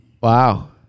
Wow